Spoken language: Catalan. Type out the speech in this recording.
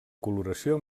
coloració